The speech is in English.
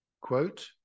quote